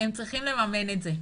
הם צריכים לממן את זה,